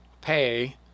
pay